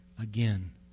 again